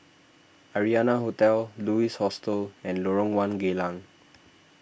Arianna Hotel Louis Hostel and Lorong one Geylang